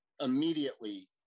immediately